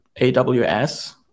AWS